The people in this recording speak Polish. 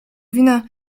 wina